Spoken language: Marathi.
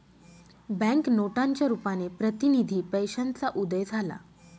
बँक नोटांच्या रुपाने प्रतिनिधी पैशाचा उदय झाला